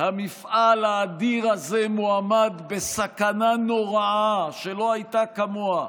המפעל האדיר הזה מועמד בסכנה נוראה שלא הייתה כמוה,